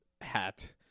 hat